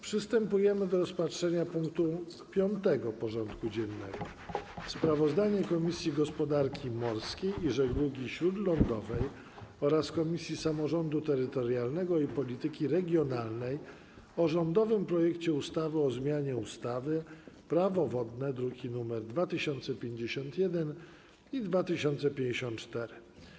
Przystępujemy do rozpatrzenia punktu 5. porządku dziennego: Sprawozdanie Komisji Gospodarki Morskiej i Żeglugi Śródlądowej oraz Komisji Samorządu Terytorialnego i Polityki Regionalnej o rządowym projekcie ustawy o zmianie ustawy - Prawo wodne (druki nr 2051 i 2054)